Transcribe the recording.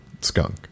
skunk